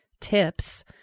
tips